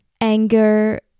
anger